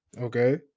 Okay